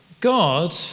god